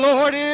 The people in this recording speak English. Lord